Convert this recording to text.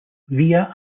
via